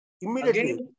Immediately